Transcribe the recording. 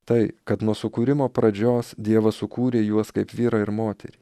tai kad nuo sukūrimo pradžios dievas sukūrė juos kaip vyrą ir moterį